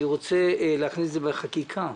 אני רוצה להכניס את זה בחקיקה,